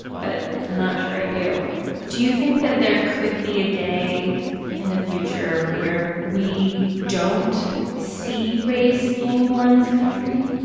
but i'm not sure i do do you think that there could be a day in the future where we don't see race anymore in this country?